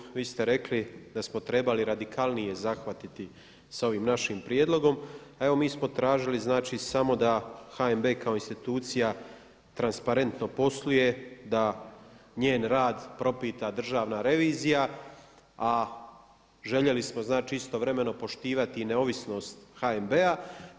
Kolega Vlaoviću, vi ste rekli da smo trebali radikalnije zahvatiti s ovim našim prijedlogom, a evo mi smo tražili samo da HNB kao institucija transparentno posluje, da njen rad propisa Državna revizija, a željeli smo istovremeno poštivati i neovisnost HNB-a.